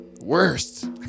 Worst